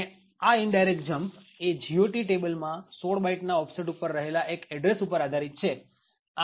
અને આ indirect jump એ GOT ટેબલ માં ૧૬ બાઈટ ના ઓફસેટ ઉપર રહેલા એક એડ્રેસ ઉપર આધારિત છે